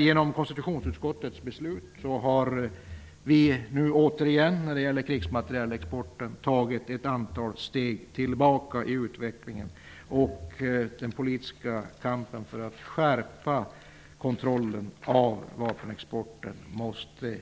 Genom konstitutionsutskottets beslut har vi nu tagit ett antal steg tillbaka i utvecklingen när det gäller krigsmaterielexporten. Den politiska kampen för att skärpa kontrollen av vapenexporten måste